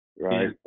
right